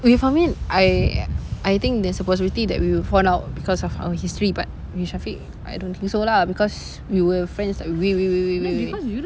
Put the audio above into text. with amin I I think there's a possibility that we will fall out because of our history but with syafiq I don't think so lah because we were friends like way way way way way way way